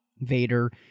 Vader